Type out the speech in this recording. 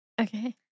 Okay